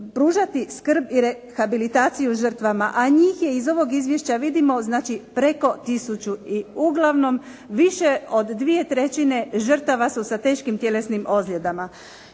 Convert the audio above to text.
pružati skrb i rehabilitaciju žrtvama a njih je iz ovog izvješća vidimo znači preko 1000. I uglavnom više od 2/3 žrtava su sa teškim tjelesnim ozljedama.